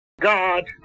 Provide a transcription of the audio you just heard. God